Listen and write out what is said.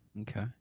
Okay